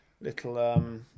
little